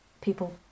people